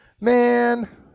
Man